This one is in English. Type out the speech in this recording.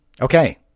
Okay